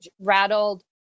rattled